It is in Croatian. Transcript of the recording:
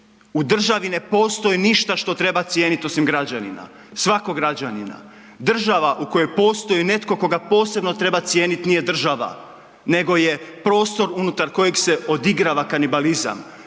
U državi ne postoji ništa što treba cijeniti osim građanina, svakog građanina. Država u kojoj postoji netko koga posebno treba cijeniti nije država nego je prostor unutar kojeg se odigrava kanibalizam,